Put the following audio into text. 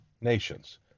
nations